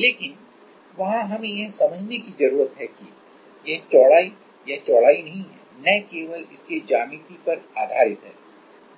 लेकिन वहां हमें यह समझने की जरूरत है कि यह चौड़ाई या चौड़ाई नहीं है न केवल इसके ज्यामितीय पर आधारित है